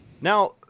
Now